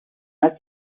als